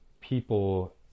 people